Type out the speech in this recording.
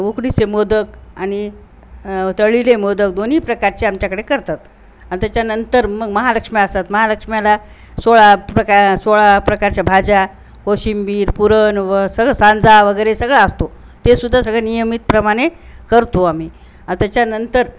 उकडीचे मोदक आणि तळलेले मोदक दोन्ही प्रकारचे आमच्याकडे करतात आणि त्याच्यानंतर मग महालक्ष्मी असतात महालक्ष्म्याला सोळा प्रका सोळा प्रकारच्या भाज्या कोशिंबीर पुरण व सगळं सांजा वगैरे सगळं असतो ते सुद्धा सगळं नियमितप्रमाणे करतो आम्ही त्याच्यानंतर